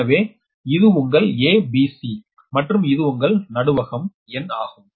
எனவே இது உங்கள் A B C மற்றும் இது உங்கள் நடுவம் N ஆகும்